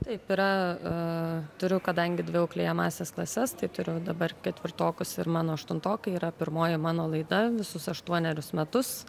taip yra turiu kadangi dvi auklėjamąsias klases tai turiu dabar ketvirtokus ir mano aštuntokai yra pirmoji mano laida visus aštuonerius metus